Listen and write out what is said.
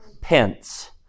pence